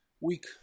week